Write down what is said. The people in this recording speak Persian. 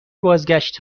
بازگشت